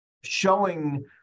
showing